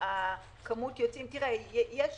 שהממשלה החליטה לעשות